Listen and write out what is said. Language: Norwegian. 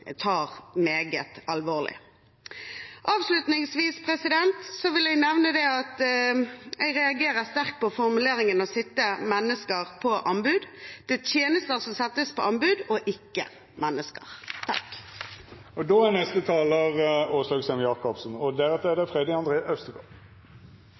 tar meget alvorlig. Avslutningsvis vil jeg nevne at jeg reagerer sterkt på formuleringen «å sette mennesker ut på anbud». Det er tjenester som settes ut på anbud, ikke mennesker. Vi må bestrebe oss på å jobbe for et barnevern som ivaretar sitt samfunnsoppdrag på en god måte. Velferdssektoren kommersialiseres i økende tempo, og